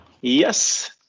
Yes